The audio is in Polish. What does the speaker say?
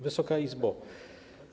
Wysoka Izbo!